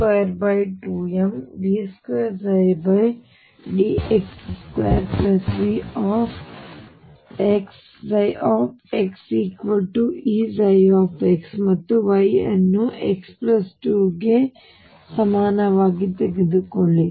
ಮತ್ತು y ಅನ್ನು x 2 a ಗೆ ಸಮನಾಗಿ ತೆಗೆದುಕೊಳ್ಳಿ